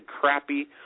crappy